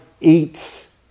eats